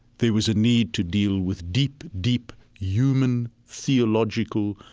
there was a need to deal with deep, deep, human, theological,